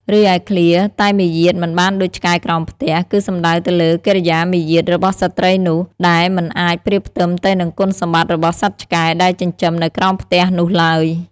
រីឯឃ្លា "តែមាយាទមិនបានដូចឆ្កែក្រោមផ្ទះ" គឺសំដៅទៅលើកិរិយាមារយាទរបស់ស្ត្រីនោះ ដែលមិនអាចប្រៀបផ្ទឹមទៅនឹងគុណសម្បត្តិរបស់សត្វឆ្កែដែលចិញ្ចឹមនៅក្រោមផ្ទះនោះឡើយ។